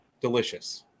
Delicious